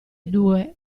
due